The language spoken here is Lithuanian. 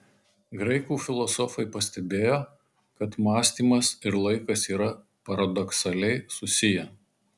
graikų filosofai pastebėjo kad mąstymas ir laikas yra paradoksaliai susiję